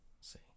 see